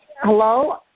hello